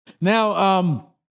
Now